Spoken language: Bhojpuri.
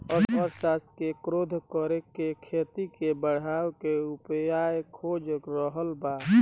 अर्थशास्त्र के शोध करके खेती के बढ़ावे के उपाय खोज रहल बाड़न